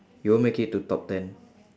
you won't make it to top ten